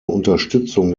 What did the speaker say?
unterstützung